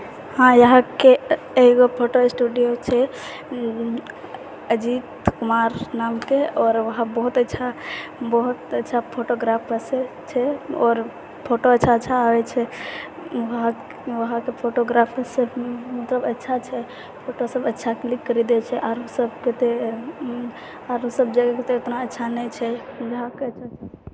हँ यहाँ के एकगो फोटो स्टुडियो छै अजीत कुमार नामके आओर वहाँ बहुत अच्छा बहुत अच्छा फोटोग्राफर सभ छै आओर फोटो अच्छा अच्छा आबै छै बहुत वहाँके फोटोग्राफर सभ मतलब अच्छा अच्छा फोटो सभ अच्छा क्लिक करि दै छै आरु सभ जगह आरु सभ जगहके तऽ इतना अच्छा नहि छै यहाँके जइसे